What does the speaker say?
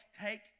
take